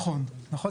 נכון, נכון.